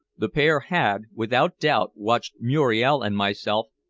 the pair had, without doubt, watched muriel and myself,